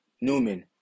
Newman